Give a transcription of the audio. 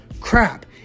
crap